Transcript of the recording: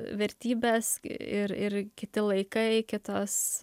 vertybes ir ir kiti laikai kitos